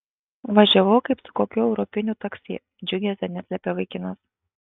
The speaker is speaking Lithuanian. važiavau kaip su kokiu europiniu taksi džiugesio neslėpė vaikinas